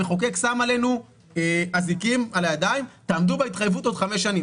המחוקק שם עלינו אזיקים על הידיים: תעמדו בהתחייבות עוד חמש שנים.